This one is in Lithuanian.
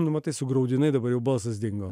numatai sugraudinai dabar jau balsas dingo